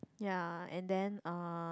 ya and then uh